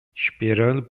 esperando